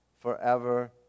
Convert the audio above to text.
Forever